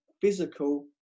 physical